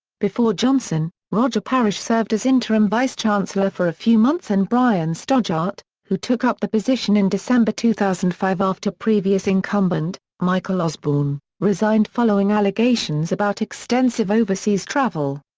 before johnson, roger parish served as interim vice-chancellor for a few months and brian stoddart, who took up the position in december two thousand and five after previous incumbent, michael osborne, resigned following allegations about extensive overseas travel.